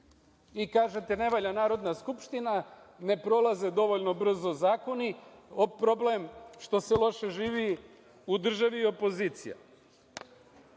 I, kažete ne valja Narodna skupština, ne prolaze dovoljno brzo zakoni, problem što se loše živi u državi je opozicija. Ono